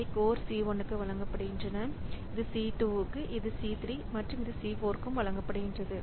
அவை core C1 க்கு வழங்கப்படுகின்றன இது C2 க்கு இது C3 மற்றும் இது C4 க்கும் வழங்கப்படுகின்றன